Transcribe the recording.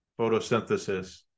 photosynthesis